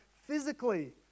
physically